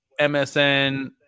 MSN